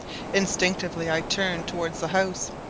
instinctively i turned towards the house,